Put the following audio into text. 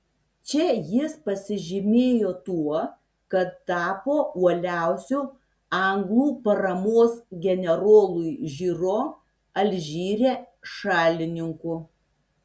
čia jis pasižymėjo tuo kad tapo uoliausiu anglų paramos generolui žiro alžyre šalininku